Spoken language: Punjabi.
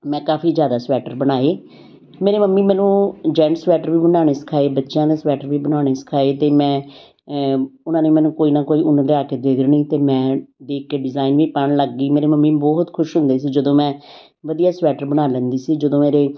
ਮੈਂ ਕਾਫੀ ਜ਼ਿਆਦਾ ਸਵੈਟਰ ਬਣਾਏ ਮੇਰੇ ਮੰਮੀ ਮੈਨੂੰ ਜੈਂਟਸ ਸਵੈਟਰ ਵੀ ਬਣਾਉਣੇ ਸਿਖਾਏ ਬੱਚਿਆਂ ਦੇ ਸਵੈਟਰ ਵੀ ਬਣਾਉਣੇ ਸਿਖਾਏ ਅਤੇ ਮੈਂ ਅ ਉਨ੍ਹਾਂ ਨੇ ਮੈਨੂੰ ਕੋਈ ਨਾ ਕੋਈ ਉੱਨ ਲਿਆ ਕੇ ਦੇ ਦੇਣੀ ਅਤੇ ਮੈਂ ਦੇਖ ਕੇ ਡਿਜ਼ਾਈਨ ਵੀ ਪਾਉਣ ਲੱਗ ਗਈ ਮੇਰੇ ਮੰਮੀ ਬਹੁਤ ਖੁਸ਼ ਹੁੰਦੇ ਸੀ ਜਦੋਂ ਮੈਂ ਵਧੀਆ ਸਵੈਟਰ ਬਣਾ ਲੈਂਦੀ ਸੀ ਜਦੋਂ ਮੇਰੇ